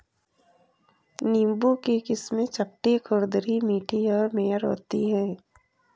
नींबू की किस्में चपटी, खुरदरी, मीठी और मेयर होती हैं